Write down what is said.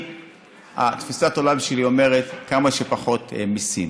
תפיסת העולם שלי אומרת כמה שפחות מיסים.